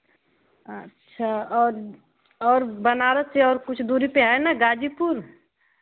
अच्छा और और बनारस से और कुछ दूरी पर है ना ग़ाज़ीपुर